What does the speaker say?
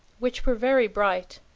which were very bright,